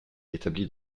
établie